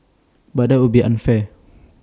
but that would be unfair